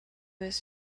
was